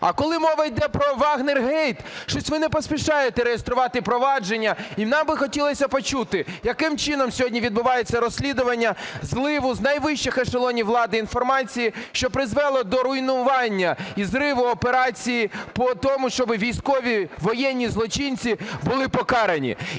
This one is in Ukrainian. А коли мова йде про "вагнер-гейт", щось ви не поспішаєте реєструвати провадження. І нам би хотілося почути, яким чином сьогодні відбувається розслідування "зливу" з найвищих ешелонів влади інформації, що призвело до руйнування і зриву операції по тому, щоб військові воєнні злочинці були покарані.